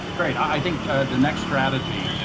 great. i think the next strategy, yeah